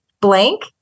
blank